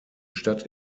stadt